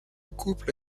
couple